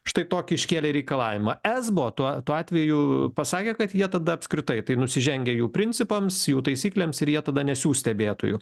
štai tokį iškėlė reikalavimą esbo tuo tuo atveju pasakė kad jie tada apskritai tai nusižengia jų principams jų taisyklėms ir jie tada nesiųs stebėtojų